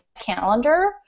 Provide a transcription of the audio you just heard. calendar